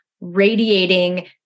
radiating